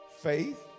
Faith